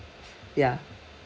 ya